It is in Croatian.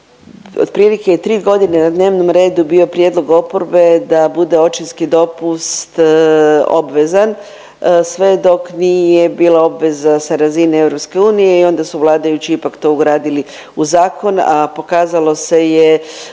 otprilike je tri godine na dnevnom redu bio prijedlog oporbe da bude očinski dopust obvezan sve dok nije bila obveza sa razine EU i onda su vladajući ipak to ugradili u zakon, a pokazalo se je